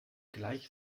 gleich